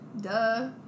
Duh